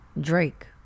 drake